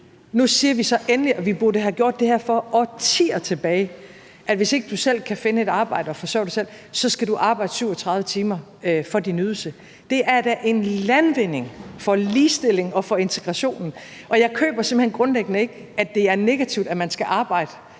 nu siger vi så endelig, og vi burde have gjort det for årtier tilbage, at du, hvis du ikke selv kan finde et arbejde og forsørge dig selv, så skal arbejde 37 timer for din ydelse. Det er da en landvinding for ligestillingen og for integrationen, og jeg køber simpelt hen grundlæggende ikke, at det er negativt, at man skal arbejde,